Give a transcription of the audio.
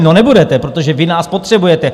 No nebudete, protože vy nás potřebujete.